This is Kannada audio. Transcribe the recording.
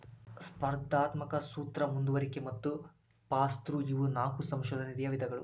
ಸ್ಪರ್ಧಾತ್ಮಕ ಸೂತ್ರ ಮುಂದುವರಿಕೆ ಮತ್ತ ಪಾಸ್ಥ್ರೂ ಇವು ನಾಕು ಸಂಶೋಧನಾ ನಿಧಿಯ ವಿಧಗಳು